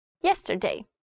Yesterday